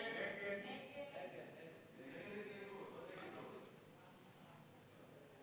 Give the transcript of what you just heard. ההסתייגות של חבר הכנסת דב